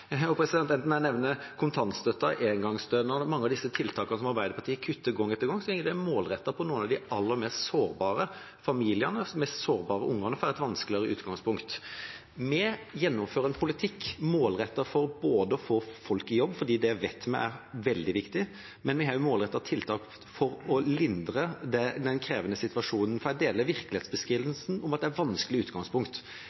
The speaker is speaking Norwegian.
Enten jeg nevner kontantstøtta, engangsstønaden, mange av disse tiltakene som Arbeiderpartiet kutter gang etter gang, så går det målrettet på noen av de aller mest sårbare familiene. De mest sårbare ungene får et vanskeligere utgangspunkt. Vi gjennomfører en målrettet politikk for å få folk i jobb, som vi vet er veldig viktig, men vi har også målrettede tiltak for å lindre den krevende situasjonen. Jeg deler